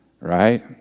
right